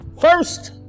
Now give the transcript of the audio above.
first